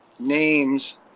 names